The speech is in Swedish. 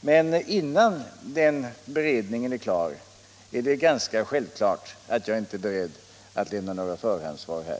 men innan den beredningen är utförd är det självklart att jag inte är beredd att lämna några förhandssvar här.